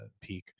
peak